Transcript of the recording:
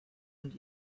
und